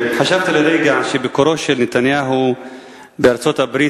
חשבתי לרגע שביקורו של נתניהו בארצות-הברית